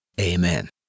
Amen